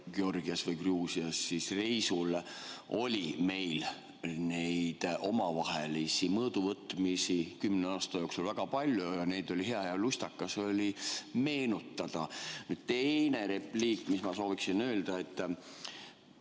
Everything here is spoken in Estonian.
Georgias või Gruusias reisil, oli meil neid omavahelisi mõõduvõtmisi kümne aasta jooksul väga palju ning neid oli hea ja lustakas meenutada. Teine repliik, mis ma sooviksin öelda.